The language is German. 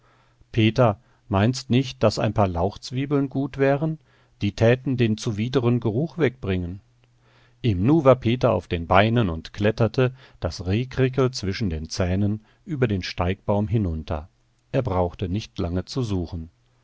peter meinst nicht daß ein paar lauchzwiebeln gut wären die täten den zuwideren geruch wegbringen im nu war peter auf den beinen und kletterte das rehkrickel zwischen den zähnen über den steigbaum hinunter er brauchte nicht lange zu suchen